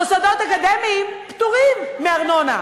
מוסדות אקדמיים פטורים מארנונה,